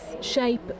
shape